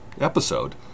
episode